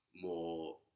more